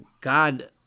God